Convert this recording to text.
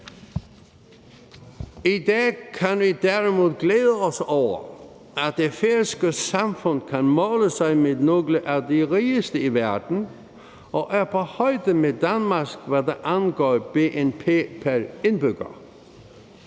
I dag kan vi derimod glæde os over, at det færøske samfund kan måle sig med nogle af de rigeste i verden og er på højde med Danmark, når det angår bnp pr. indbygger.